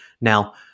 Now